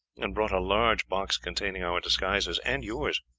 and brought a large box containing our disguises and yours.